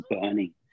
burning